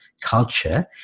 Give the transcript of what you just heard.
culture